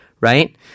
Right